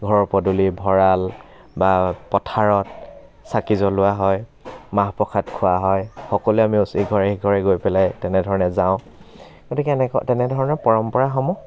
ঘৰৰ পদূলি ভঁৰাল বা পথাৰত চাকি জ্বলোৱা হয় মাহ প্ৰসাদ খোৱা হয় সকলোৱে আমি ওচৰ ইঘৰে সিঘৰে গৈ পেলাই তেনেধৰণে যাওঁ গতিকে এনেকুৱা তেনেধৰণৰ পৰম্পৰাসমূহ